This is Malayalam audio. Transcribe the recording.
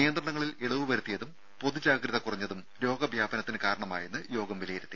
നിയന്ത്രണങ്ങളിൽ ഇളവ് വരുത്തിയതും പൊതു ജാഗ്രത കുറഞ്ഞതും രോഗ വ്യാപനത്തിന് കാരണമായെന്ന് യോഗം വിലയിരുത്തി